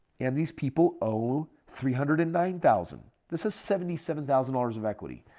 and these people owe three hundred and nine thousand. this is seventy seven thousand dollars of equity.